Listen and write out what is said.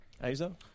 Azo